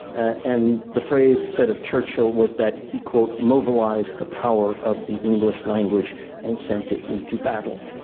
and the phrase said of churchill was that he quote mobilized the power of the english language and sent it into battle.